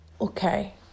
okay